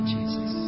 Jesus